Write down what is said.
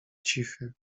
cichy